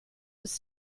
was